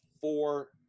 four